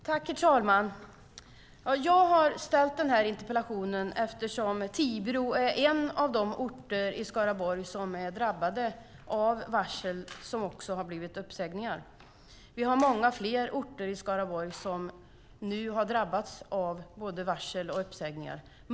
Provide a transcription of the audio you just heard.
Herr talman! Jag har ställt den här interpellationen eftersom Tibro är en av de orter i Skaraborg som är drabbade av varsel som lett till uppsägningar. Vi har många fler orter i Skaraborg som drabbats av både varsel och uppsägningar.